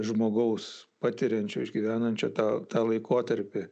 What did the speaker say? žmogaus patiriančio išgyvenančio tą tą laikotarpį